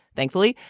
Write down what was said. thankfully,